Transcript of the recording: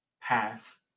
path